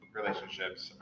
relationships